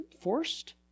forced